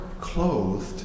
clothed